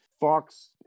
Fox